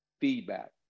feedback